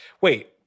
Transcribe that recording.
Wait